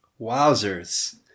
Wowzers